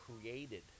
created